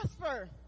prosper